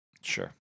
Sure